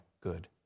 good